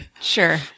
Sure